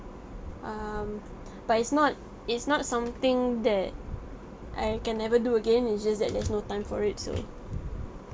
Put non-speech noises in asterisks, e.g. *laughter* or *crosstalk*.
um *breath* but it's not it's not something that I can never do again it's just that there's no time for it so